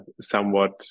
somewhat